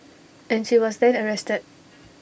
and she was then arrested